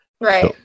Right